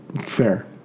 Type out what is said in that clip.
Fair